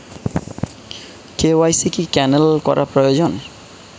KYC cancel করা প্রয়োজন?